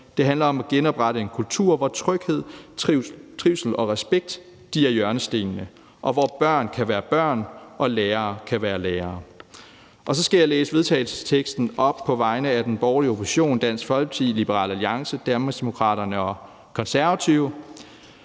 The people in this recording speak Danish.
det handler om at genoprette en kultur, hvor tryghed, trivsel og respekt er hjørnestenene, og hvor børn kan være børn og lærere kan være lærere. Så skal jeg læse vedtagelsesteksten op på vegne af den borgerlige opposition, Dansk Folkeparti, Liberal Alliance, Danmarksdemokraterne og Konservative: